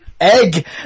Egg